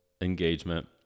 engagement